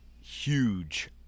huge